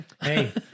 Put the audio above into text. Hey